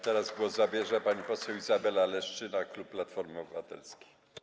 Teraz głos zabierze pani poseł Izabela Leszczyna, klub Platformy Obywatelskiej.